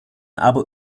aber